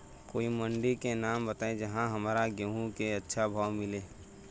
कोई मंडी के नाम बताई जहां हमरा गेहूं के अच्छा भाव मिले?